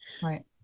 Right